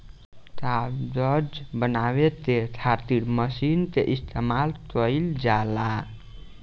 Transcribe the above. कागज बनावे के खातिर मशीन के इस्तमाल कईल जाला